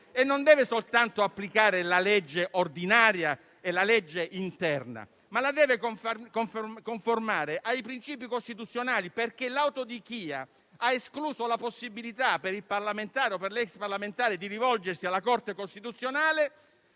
non deve soltanto applicare la legge ordinaria e la legge interna, ma la deve conformare ai principi costituzionali, perché l'autodichia ha escluso la possibilità per il parlamentare o per l'ex parlamentare di rivolgersi alla Corte costituzionale.